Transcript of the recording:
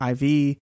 iv